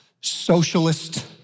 socialist